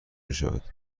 میشود